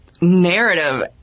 narrative